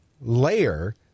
layer